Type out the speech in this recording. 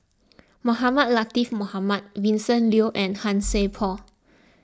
Mohamed Latiff Mohamed Vincent Leow and Han Sai Por